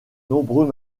nombreux